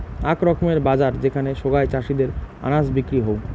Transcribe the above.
আক রকমের বাজার যেখানে সোগায় চাষীদের আনাজ বিক্রি হউ